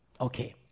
Okay